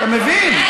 אתה מבין?